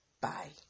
Bye